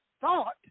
thought